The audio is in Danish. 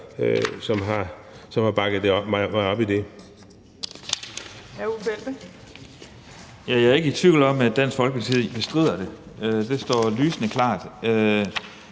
15:48 Uffe Elbæk (UFG): Jeg er ikke i tvivl om, at Dansk Folkeparti bestrider det – det står lysende klart